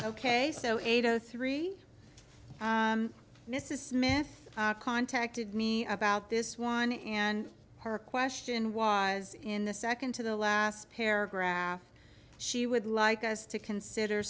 eight o three mrs smith contacted me about this one and her question was in the second to the last paragraph she would like us to consider